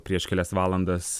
prieš kelias valandas